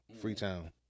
Freetown